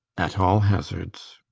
at all hazards.